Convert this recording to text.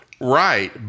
right